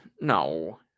No